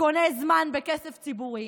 שקונה זמן בכסף ציבורי,